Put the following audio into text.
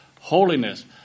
Holiness